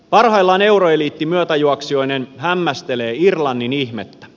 parhaillaan euroeliitti myötäjuoksijoineen hämmästelee irlannin ihmettä